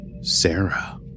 sarah